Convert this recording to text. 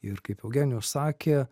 ir kaip eugenijus sakė